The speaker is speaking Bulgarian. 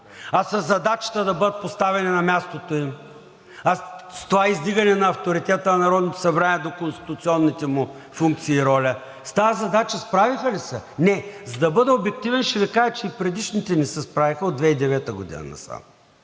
със задачата да бъдат поставени на мястото им, а с това издигане авторитета на Народното събрание до конституционните му функции и роля, с тази задача справиха ли се? Не! За да бъда обективен, ще Ви кажа, че и предишните не се справиха от 2009 г. насам.